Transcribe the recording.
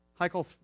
Heichel